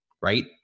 right